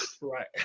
Right